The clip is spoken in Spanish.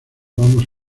vamos